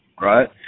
right